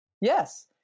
Yes